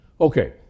Okay